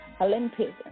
Olympics